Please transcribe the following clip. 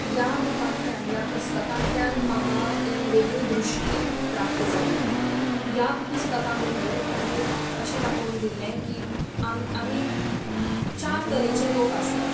ह्या बुकांतल्यान ह्या पुस्तकांतल्यान म्हाका एक वेगळी दृश्टी प्राप्त जाली ह्या पुस्तका भितर तांणी अशें दाखोवन दिल्ले की आम आमी चार तरेचे लोक आसतात